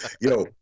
Yo